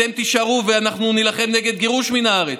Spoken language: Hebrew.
אתם תישארו ואנחנו נילחם נגד גירוש מן הארץ,